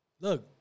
look